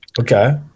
Okay